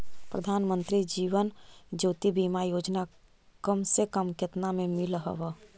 प्रधानमंत्री जीवन ज्योति बीमा योजना कम से कम केतना में मिल हव